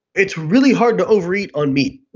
it's really hard to overeat on meat,